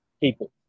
people